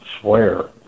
Swear